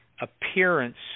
appearance